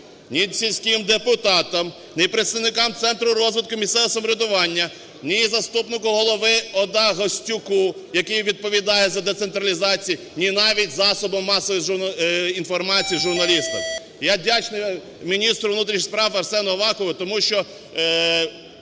ні сільським депутатам, ні представникам Центру розвитку місцевого самоврядування, ні заступнику голови ОДА Гостюку, який відповідає за децентралізацію, ні навіть засобам масової інформації, журналістам. Я вдячний міністру внутрішніх справ Арсену Авакову, тому що